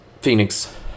Phoenix